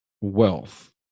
wealth